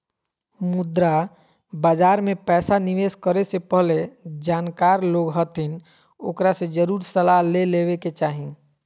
मुद्रा बाजार मे पैसा निवेश करे से पहले जानकार लोग हथिन ओकरा से जरुर सलाह ले लेवे के चाही